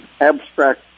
abstract